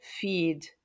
feed